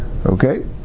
Okay